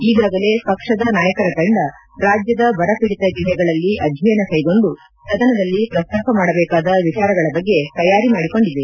ಈಗಾಗಲೇ ಪಕ್ಷದ ನಾಯಕರ ತಂಡ ರಾಜ್ಯದ ಬರ ಪೀಡಿತ ಜಿಲ್ಲೆಗಳಲ್ಲಿ ಅಧ್ಯಯನ ಕೈಗೊಂಡು ಸದನದಲ್ಲಿ ಪ್ರಸ್ತಾಪ ಮಾಡಬೇಕಾದ ವಿಚಾರಗಳ ಬಗ್ಗೆ ತಯಾರಿ ಮಾಡಿಕೊಂಡಿದೆ